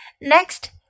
Next